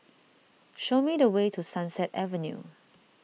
show me the way to Sunset Avenue